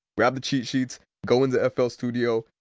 bgrab the cheat sheets, go into fl studio,